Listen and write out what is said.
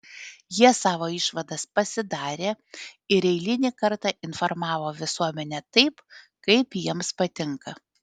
jie savo išvadas pasidarė ir eilinį kartą informavo visuomenę taip kaip jiems patinka